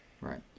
Right